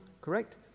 correct